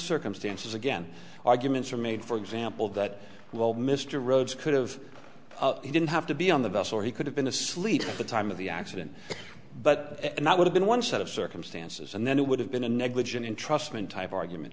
circumstances again arguments are made for example that well mr rhodes could have he didn't have to be on the bus or he could have been asleep at the time of the accident but and that would of been one set of circumstances and then it would have been a negligent entrustment type argument